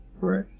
Right